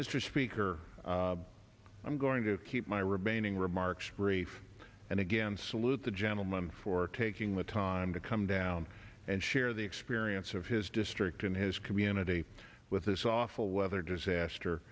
mr speaker i'm going to keep my remaining remarks brief and again salute the gentleman for taking the time to come down and share the experience of his district and his community with this awful weather disaster